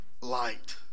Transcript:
light